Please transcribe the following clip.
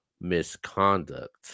misconduct